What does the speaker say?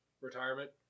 retirement